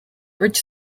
bridge